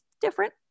different